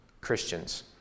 Christians